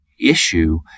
issue